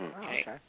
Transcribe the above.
Okay